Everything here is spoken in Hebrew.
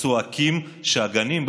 צועקים שהגנים,